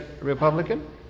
Republican